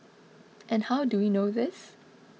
and how do you know this